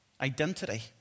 identity